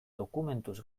dokumentuz